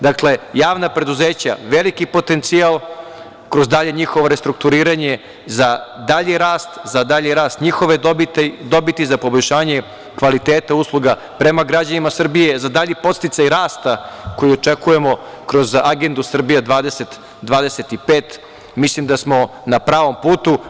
Dakle, javna preduzeća veliki potencijal kroz dalje njihovo restrukturiranje za dalji rast, za dalji rast njihove dobiti, za poboljšanje kvaliteta usluga prema građanima Srbije, za dalji podsticaj rasta koji očekujemo kroz agendu Srbija 2025. mislim da smo na pravom putu.